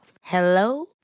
Hello